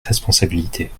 responsabilités